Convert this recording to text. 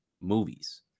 movies